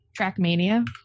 Trackmania